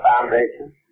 foundation